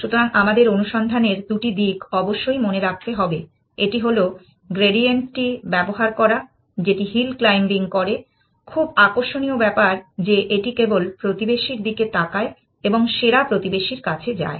সুতরাং আমাদের অনুসন্ধানের দুটি দিক অবশ্যই মনে রাখতে হবে একটি হল গ্রেডিয়েন্টটি ব্যবহার করা যেটি হিল ক্লাইম্বিং করে খুব আকর্ষণীয় ব্যাপার যে এটি কেবল প্রতিবেশীর দিকে তাকায় এবং সেরা প্রতিবেশীর কাছে যায়